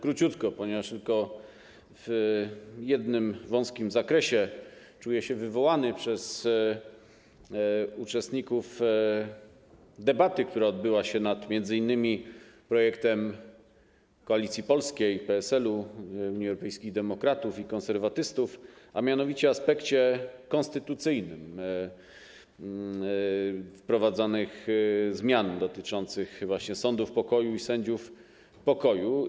Króciutko, ponieważ tylko w jednym wąskim zakresie czuję się wywołany do odpowiedzi przez uczestników debaty, jaka odbyła się m.in. nad projektem Koalicji Polskiej - PSL, Unii Europejskich Demokratów, Konserwatystów, a mianowicie aspekcie konstytucyjnym wprowadzanych zmian dotyczących sądów pokoju i sędziów pokoju.